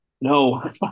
no